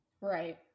Right